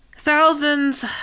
Thousands